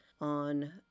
on